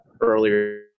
earlier